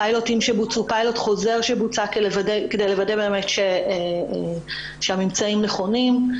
פיילוט חוזר שבוצע כדי לוודא שהממצאים נכונים.